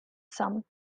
some